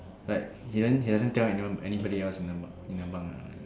like he don't he doesn't tell anyone anybody else in a bunk in a bunk ah like